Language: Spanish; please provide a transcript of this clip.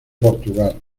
portugal